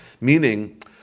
meaning